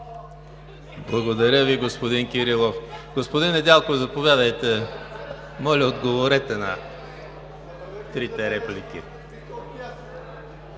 Благодаря Ви, господин Кирилов. Господин Недялков, заповядайте – моля, отговорете на трите реплики.